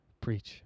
preach